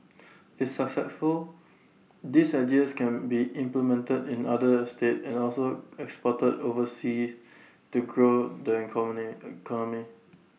if successful these ideas can be implemented in other estate and also exported oversea to grow the economy economy